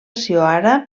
seu